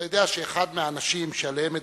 אתה יודע שאחד מהאנשים שעליהם מדברים,